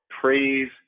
praise